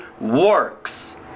works